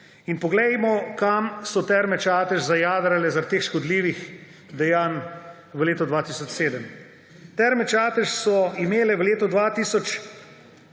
Poglejmo, kam so Terme Čatež zajadrale zaradi teh škodljivih dejanj v letu 2007. Terme Čatež so imele v letu